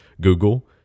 Google